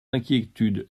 inquiétudes